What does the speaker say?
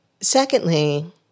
Secondly